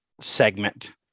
segment